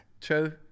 True